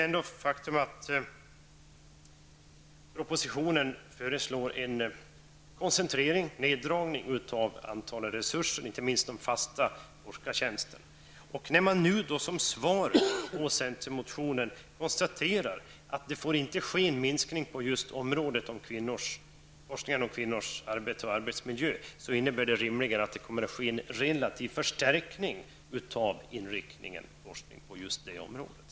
I propositionen föreslår man en neddragning av resurserna, inte minst de fasta forskartjänsterna. När man nu som svar på centermotionen konstaterar att det inte får ske en minskning på just området forskning kring kvinnors arbete och arbetsmiljö, innebär det rimligen att det kommer att ske en relativ förstärkning av forskningen på det området.